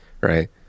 right